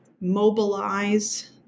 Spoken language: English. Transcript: mobilize